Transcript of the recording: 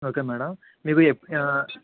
okay madam మీకు ఎప్పుడు